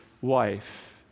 wife